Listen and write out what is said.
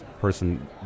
person